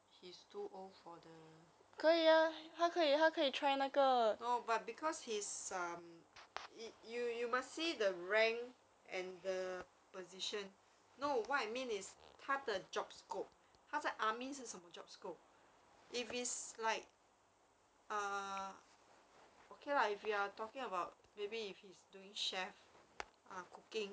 he's too old for the no but because he's um you you you must see the rank and the position no what I mean is 他的 job scope 他在 army 是什么 job scope if it's like uh okay lah if you are talking about maybe if he's doing chef ah cooking